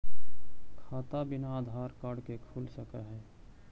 खाता बिना आधार कार्ड के खुल सक है?